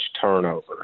turnover